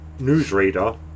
newsreader